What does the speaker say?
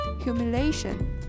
humiliation